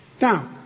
Now